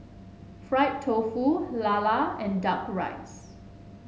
Fried Tofu Lala and duck rice